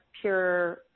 pure